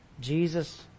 Jesus